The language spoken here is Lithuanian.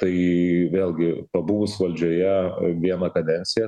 tai vėlgi pabuvus valdžioje vieną kadenciją